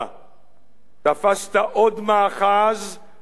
תפסת עוד מאחז לא תפסת,